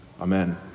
Amen